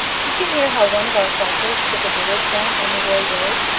did you hear how one of our cyclists took a village down on the roye road?